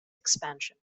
expansion